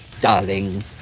darling